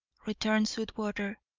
returned sweetwater,